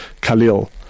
Khalil